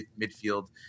midfield